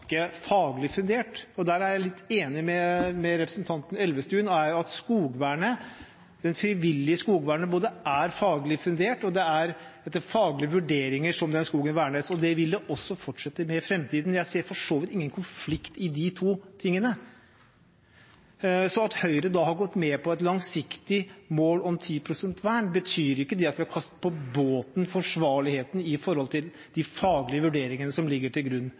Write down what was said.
er etter faglige vurderinger den skogen er vernet. Og det vil vi også fortsette med i framtiden. Jeg ser for så vidt ingen konflikt i de to tingene. Når Høyre har gått med på et langsiktig mål om 10 pst.-vern, betyr ikke det at vi har gitt på båten forsvarligheten i forhold til de faglige vurderingene som ligger til grunn.